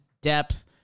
depth